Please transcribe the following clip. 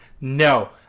no